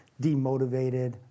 demotivated